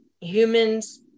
humans